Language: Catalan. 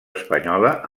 espanyola